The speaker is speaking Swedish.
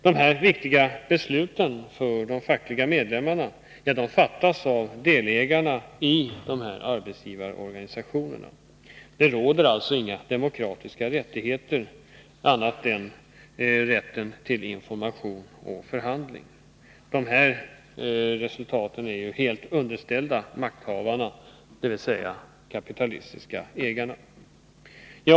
De viktiga beslut som berör de fackliga medlemmarna fattas av delägarna i arbetsgivarorganisationerna. Det finns alltså inga andra demokratiska rättigheter för dem som jobbar än rätten till information och förhandling. Dessa är helt underställda makthavarna, dvs. de kapitalistiska ägarna.